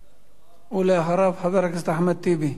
אחריו, חבר